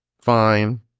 Fine